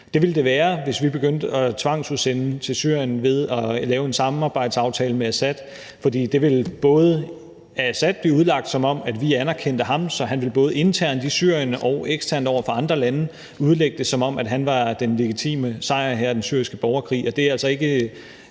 Det ville vi gøre, hvis vi begyndte at tvangsudsende til Syrien ved at lave en samarbejdsaftale med Assad, fordi det ville af Assad blive udlagt, som om vi anerkendte ham, så han både internt i Syrien og eksternt over for andre lande ville udlægge det, som om han var den legitime sejrherre i den syriske borgerkrig, og det er altså ikke